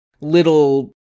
little